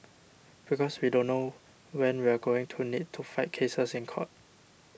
because we don't know when we are going to need to fight cases in court